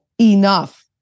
enough